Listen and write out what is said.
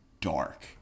dark